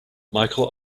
michael